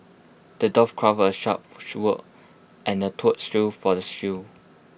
the dwarf crafted A sharp sword and A tough shield for the